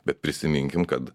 bet prisiminkim kad